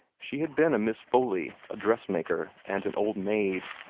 she had been a miss foley, a dress-maker, and an old maid.